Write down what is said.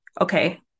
Okay